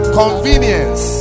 convenience